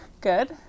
Good